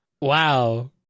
Wow